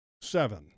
Seven